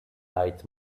eyed